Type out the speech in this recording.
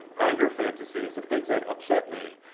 anger fantasies of things that upset me.